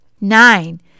Nine